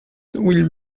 will